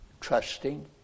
Trusting